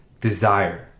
desire